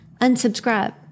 unsubscribe